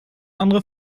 andere